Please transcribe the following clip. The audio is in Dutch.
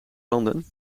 landen